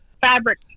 fabric